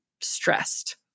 stressed